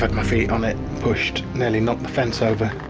but my feet on it pushed nearly knocked the fence over.